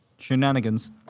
Shenanigans